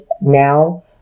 now